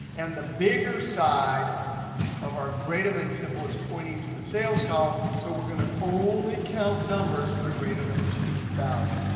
and the bigger side of our greater than symbol is pointing to the sales column. so we're going to only count numbers that are greater than two thousand.